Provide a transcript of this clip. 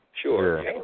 Sure